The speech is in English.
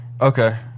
Okay